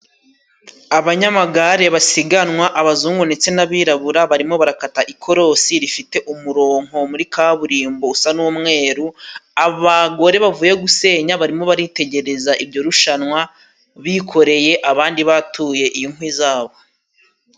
Abanyamagare basiganwa abazungu ndetse n'abirabura, barimo bara bakata ikorosi rifite umuronko, muri kaburimbo usa n'umweru abagore bavuye gusenya barimo baritegereza iryo rushanwa, bikoreye abandi batuye inkwi zabo.